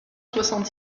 soixante